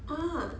ah